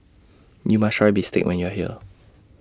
YOU must Try Bistake when YOU Are here